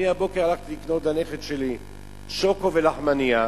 אני הבוקר הלכתי לקנות לנכד שלי שוקו ולחמנייה,